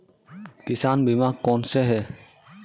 किसान बीमा कौनसे हैं?